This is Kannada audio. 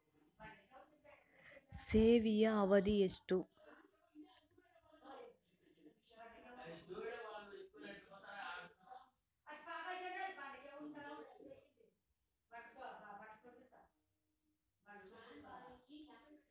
ಸಾಸಿವೆಯ ಅವಧಿ ಎಷ್ಟು?